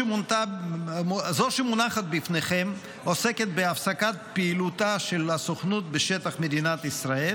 זו שמונחת בפניכם עוסקת בהפסקת פעילותה של הסוכנות בשטח מדינת ישראל.